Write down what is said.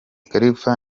khalifa